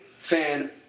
Fan